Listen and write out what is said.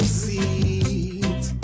seat